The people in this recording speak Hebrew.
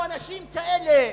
קמו אנשים כאלה,